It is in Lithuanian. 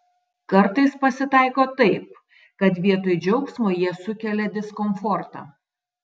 kartais pasitaiko taip kad vietoj džiaugsmo jie sukelia diskomfortą